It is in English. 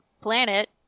planet